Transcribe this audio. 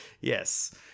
Yes